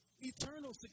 eternal